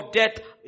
death